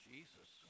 Jesus